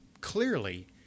clearly